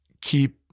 keep